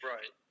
Right